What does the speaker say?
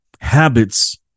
Habits